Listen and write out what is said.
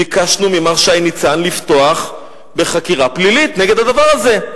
ביקשנו ממר שי ניצן לפתוח בחקירה פלילית נגד הדבר הזה.